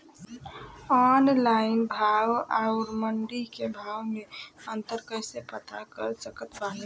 Online भाव आउर मंडी के भाव मे अंतर कैसे पता कर सकत बानी?